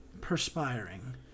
Perspiring